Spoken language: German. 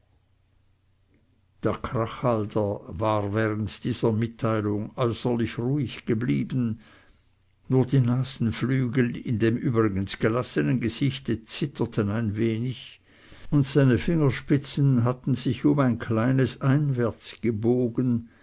war während dieser mitteilung äußerlich ruhig geblieben nur die nasenflügel in dem übrigens gelassenen gesicht zitterten ein wenig und seine fingerspitzen hatten sich um ein kleines einwärts gebogen